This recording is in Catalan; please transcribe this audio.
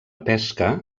pesca